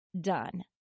done